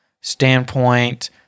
standpoint